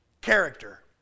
character